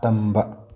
ꯇꯝꯕ